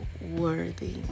worthy